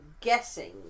guessing